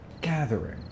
gathering